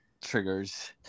Triggers